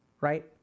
right